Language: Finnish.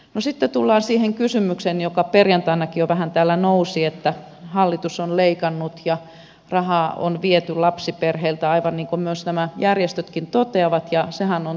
no sitten tullaan siihen kysymykseen joka perjantainakin jo vähän täällä nousi että hallitus on leikannut ja rahaa on viety lapsiperheiltä aivan niin kuin myös nämä järjestöt toteavat ja sehän on täysi fakta